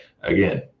again